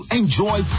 enjoy